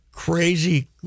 Crazy